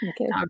Okay